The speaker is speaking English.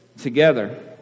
together